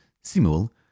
Simul